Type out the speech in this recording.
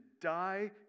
die